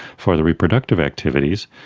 for the reproductive activities.